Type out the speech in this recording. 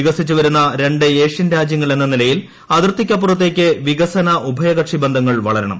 വികസിച്ചുവരുന്ന രണ്ട് ഏഷ്യൻ രാജ്യങ്ങൾ എന്ന നിലയിൽ അതിർത്തിക്കപ്പുറത്തേക്ക് വികസന ഉഭയകക്ഷി ബന്ധങ്ങൾ വളരണം